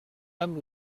amb